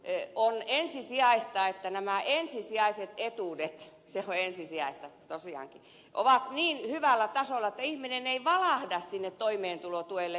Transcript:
on ensisijaista että nämä ensisijaiset etuudet se on ensisijaista tosiaankin ovat niin hyvällä tasolla että ihminen ei valahda sinne toimeentulotuelle